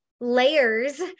layers